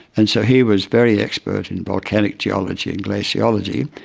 and so he was very expert in volcanic geology and glaciology.